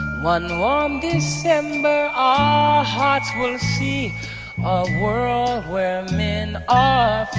one warm december our hearts will see world where men are